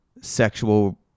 sexual